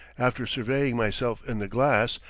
after surveying myself in the glass,